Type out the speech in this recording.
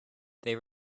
they